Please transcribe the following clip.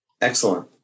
Excellent